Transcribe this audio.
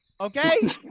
okay